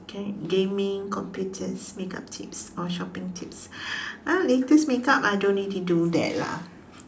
okay gaming computers makeup tips or shopping tips uh latest makeup I don't really do that lah